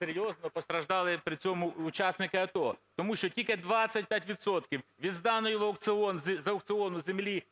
серйозно постраждали при цьому учасники АТО, тому що тільки 25 відсотків із зданої в аукціон… з